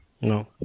No